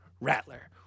Rattler